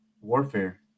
warfare